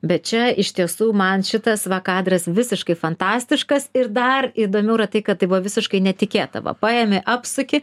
bet čia iš tiesų man šitas va kadras visiškai fantastiškas ir dar įdomiau yra tai kad tai buvo visiškai netikėta va paimi apsuki